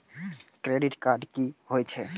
Credit card की होई छै?